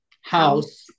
house